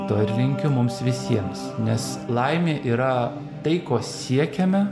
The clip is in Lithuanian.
to ir linkiu mums visiems nes laimė yra tai ko siekiame